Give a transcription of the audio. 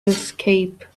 escape